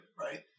right